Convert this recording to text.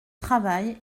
travail